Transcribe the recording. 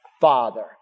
Father